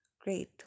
great